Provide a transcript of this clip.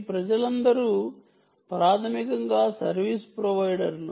ఈ ప్రజలందరూ ప్రాథమికంగా సర్వీసు ప్రొవైడర్లు